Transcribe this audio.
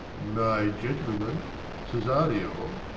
my gentleman cesario?